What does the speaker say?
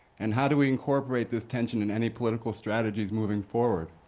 and how do we incorporate this tension in any political strategies moving forward?